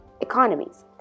economies